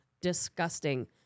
disgusting